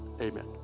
amen